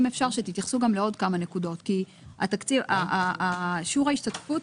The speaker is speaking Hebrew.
אם אפשר שתתייחסו לעוד כמה נקודות כי סכום ההשתתפות